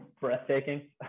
breathtaking